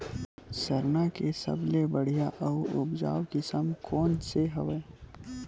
सरना के सबले बढ़िया आऊ उपजाऊ किसम कोन से हवय?